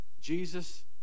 Jesus